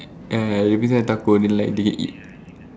ya they put inside the taco and then like they eat